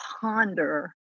ponder